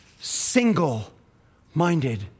single-minded